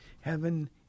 heaven